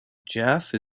jaffe